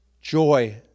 joy